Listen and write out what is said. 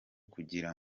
kugira